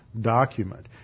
document